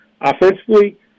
Offensively